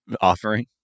offering